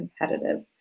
competitive